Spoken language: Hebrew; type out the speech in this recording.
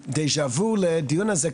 או דז'ה-וו לדיון הזה,